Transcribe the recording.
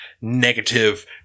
negative –